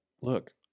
look